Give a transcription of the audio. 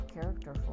character